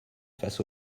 face